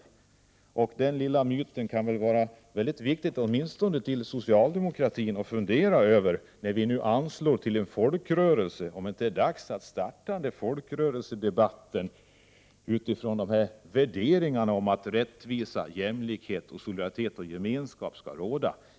Åtminstone för socialdemokratin bör det vara viktigt att fundera över myten om idrotten. När vi nu anslår pengar till en folkrörelse bör man fundera över om det är inte är dags att starta folkrörelsedebatten utifrån de värderingarna att rättvisa, jämlikhet, solidaritet och gemenskap skall råda.